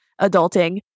adulting